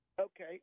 Okay